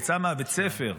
יצא מבית הספר,